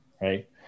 right